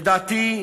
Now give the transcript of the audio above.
לדעתי,